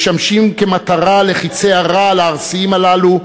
משמשים מטרה לחצי הרעל הארסיים הללו,